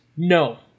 No